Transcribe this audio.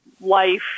life